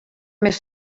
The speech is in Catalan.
més